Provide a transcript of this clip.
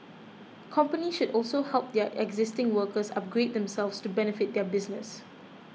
companies should also help their existing workers upgrade themselves to benefit their business